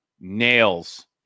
nails